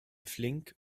flink